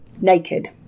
naked